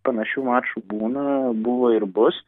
panašių mačų būna buvo ir bus